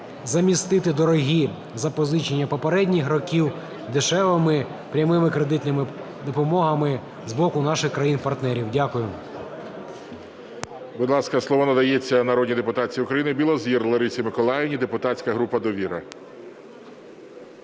замістити дорогі запозичення попередніх років дешевими прямими кредитними допомогами з боку наших країн-партнерів. Дякую.